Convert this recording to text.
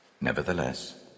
Nevertheless